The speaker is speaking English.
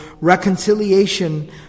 reconciliation